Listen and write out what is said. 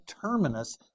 terminus